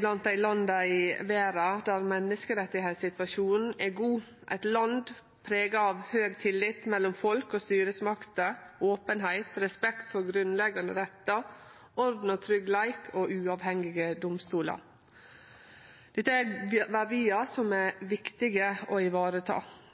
blant dei landa i verda der menneskerettssituasjonen er god – eit land prega av høg tillit mellom folk og styresmakter, openheit, respekt for grunnleggande rettar, orden og tryggleik og uavhengige domstolar. Dette er verdiar som er viktige å